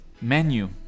menu